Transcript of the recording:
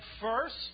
first